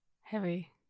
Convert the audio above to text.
Heavy